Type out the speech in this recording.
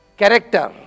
character